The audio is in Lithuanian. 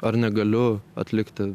ar negaliu atlikti